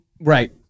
Right